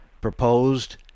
proposed